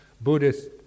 Buddhist